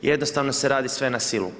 Jednostavno se radi sve na silu.